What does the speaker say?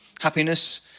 Happiness